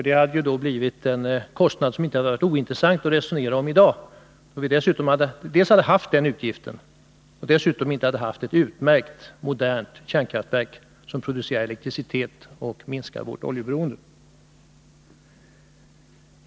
Det hade blivit en kostnad som det inte hade varit ointressant att resonera om i dag, då vi dels hade haft den utgiften, dels inte hade haft ett utmärkt, modernt kärnkraftverk som producerar elektricitet och minskar vårt oljeberoende.